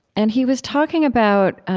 and he was talking about